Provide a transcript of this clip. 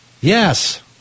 Yes